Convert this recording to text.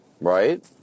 Right